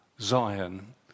Zion